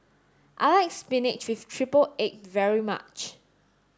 I like spinach with triple egg very much